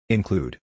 Include